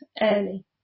early